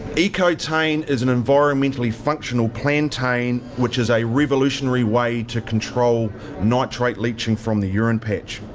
ecotain is an environmentally functional plantain, which is a revolutionary way to control nitrate leaching from the urine patch.